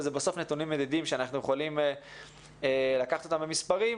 ובסוף אלו נתונים מדידים שאנחנו יכולים לקחת אותם במספרים,